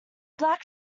black